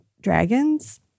dragons